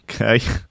Okay